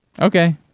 Okay